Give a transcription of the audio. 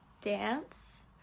dance